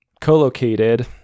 co-located